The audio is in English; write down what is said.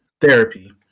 therapy